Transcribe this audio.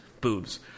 Boobs